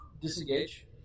Disengage